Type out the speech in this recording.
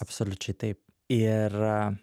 absoliučiai taip ir